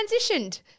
transitioned